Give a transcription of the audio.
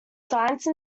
science